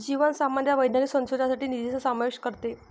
जी सामान्यतः वैज्ञानिक संशोधनासाठी निधीचा समावेश करते